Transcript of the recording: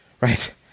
Right